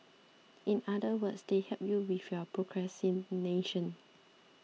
in other words they help you with your procrastination